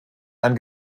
ein